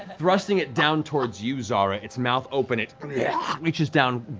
thrusting it down towards you, zahra. its mouth open, it yeah reaches down,